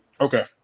Okay